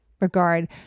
regard